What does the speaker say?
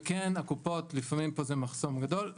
וכן, הקופות הן לפעמים מחסום גדול פה.